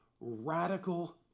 radical